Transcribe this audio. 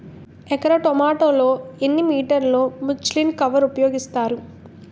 ఎకర టొమాటో లో ఎన్ని మీటర్ లో ముచ్లిన్ కవర్ ఉపయోగిస్తారు?